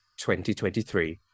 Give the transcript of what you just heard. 2023